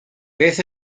beth